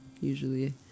usually